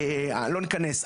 לא ניכנס לזה,